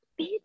Bitch